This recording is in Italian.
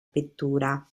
pittura